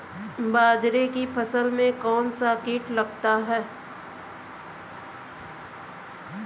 बाजरे की फसल में कौन सा कीट लगता है?